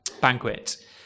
banquet